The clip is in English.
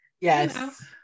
yes